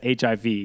HIV